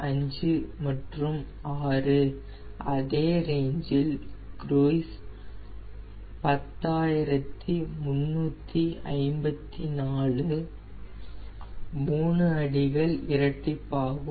5 மற்றும் 6 அதே ரேஞ்சில் குருய்ஸ் 10354 3 அடிகள் இரட்டிப்பாகும்